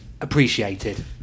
appreciated